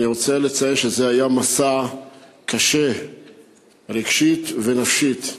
אני רוצה לציין שזה היה מסע קשה רגשית ונפשית.